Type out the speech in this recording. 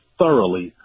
thoroughly